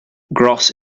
gross